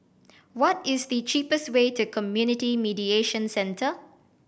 what is the cheapest way to Community Mediation Centre